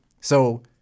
So-